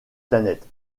planète